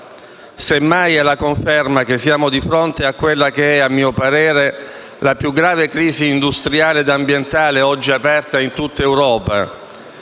semmai la conferma che siamo di fronte a quella che è, a mio parere, la più grave crisi industriale ed ambientale oggi aperta in tutta Europa